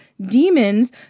demons